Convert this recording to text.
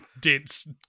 dense